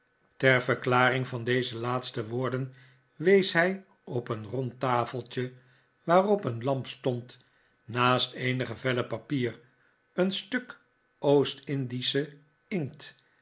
ter verklaring van deze laatste woorden wees hij op een rond tafeltje waarop een lamp stond naast eenige vellen papier een stuk oost-indische inkt